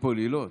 בטריפולי לא?